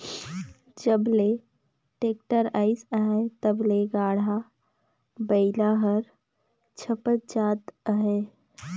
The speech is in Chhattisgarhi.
जब ले टेक्टर अइस अहे तब ले गाड़ा बइला हर छपत जात अहे